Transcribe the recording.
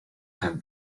have